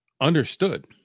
understood